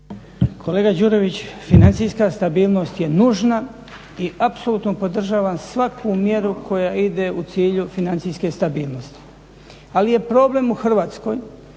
Kolega Đurović, financijska stabilnost je nužna i apsolutno podržavam svaku mjeru koja ide u cilju financijske stabilnosti, ali je problem u Hrvatskoj